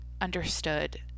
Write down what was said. understood